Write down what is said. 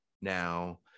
now